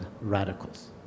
radicals